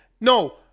No